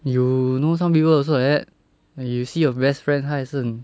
you know some people also like that you see your best friend 他也是